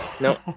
Nope